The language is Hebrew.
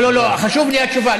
לא, לא, לא, חשובה לי התשובה.